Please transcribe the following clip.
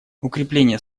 укрепление